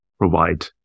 provide